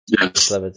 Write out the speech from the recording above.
Yes